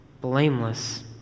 blameless